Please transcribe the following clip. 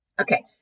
Okay